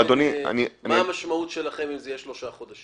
מה המשמעות שלכם אם אלה יהיו שלושה חודשים?